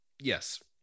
Yes